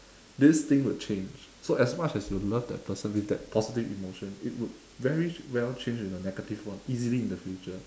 this thing would change so as much as you love that person with that positive emotion it would very well change into a negative one easily in the future